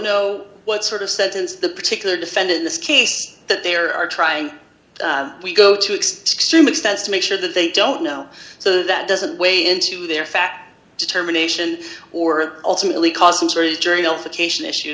know what sort of sentence the particular defendant in this case that there are trying we go to extreme extends to make sure that they don't know so that doesn't weigh into their fat determination or ultimately cause i